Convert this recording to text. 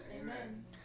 Amen